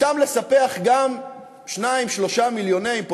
אִתם לספח גם 2 3 מיליוני,